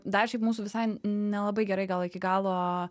dar šiaip mūsų visai nelabai gerai gal iki galo